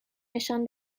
نشان